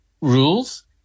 rules